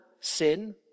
sin